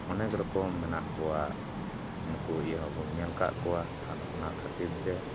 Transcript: ᱚᱱᱮᱠ ᱨᱚᱠᱚᱢ ᱢᱮᱱᱟᱜ ᱠᱚᱣᱟ ᱱᱩᱠᱩ ᱤᱭᱟᱹ ᱦᱚᱸᱵᱚᱱ ᱧᱮᱞ ᱟᱠᱟᱫ ᱠᱚᱣᱟ ᱟᱫᱚ ᱚᱱᱟ ᱠᱷᱟᱹᱛᱤᱨᱛᱮ